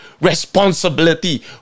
responsibility